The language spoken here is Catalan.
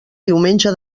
diumenge